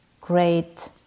great